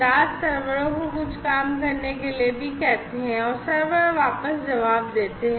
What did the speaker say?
दास सर्वरों को कुछ काम करने के लिए भी कहते हैं और सर्वर वापस जवाब देते हैं